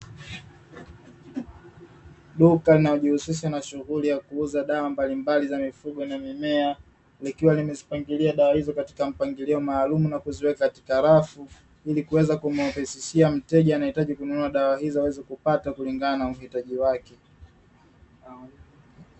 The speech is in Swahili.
Duka linalojihusisha na shughuli ya kuuza dawa mbalimbali za mifugo na mimea, likiwa limezipangilia dawa hizo katika mpangilio maalumu na kuziweka katika rafu, ili kuweza kumwepesishia mteja anayehitaji kununua dawa hizo, aweze kupata kulingana na uhitaji wake.